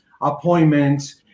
appointments